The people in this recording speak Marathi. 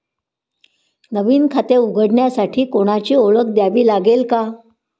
नवीन खाते उघडण्यासाठी कोणाची ओळख द्यावी लागेल का?